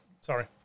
Sorry